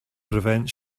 prevent